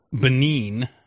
Benin